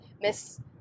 miss